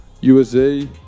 USA